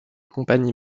compagnies